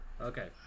Okay